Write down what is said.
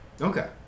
Okay